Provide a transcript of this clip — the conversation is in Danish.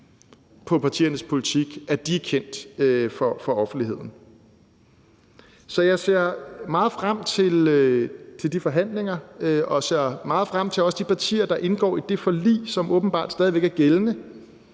på partiernes politik, er kendte for offentligheden. Så jeg ser meget frem til de forhandlinger og ser meget frem til, at også de partier, der indgår i det forlig, som åbenbart stadig væk er gældende,